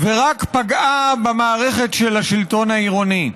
ורק פגעה במערכת של השלטון העירוני.